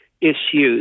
issues